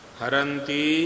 Haranti